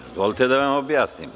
Dozvolite mi da vam objasnim.